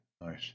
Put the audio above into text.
Nice